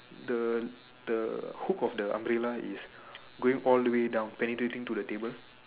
the the hook of the umbrella is going all the way down penetrating to the table